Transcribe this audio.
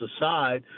aside